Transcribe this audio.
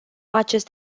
acest